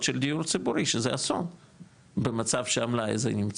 של דיור ציבורי שזה אסון במצב שהמלאי הזה נמצא,